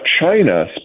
China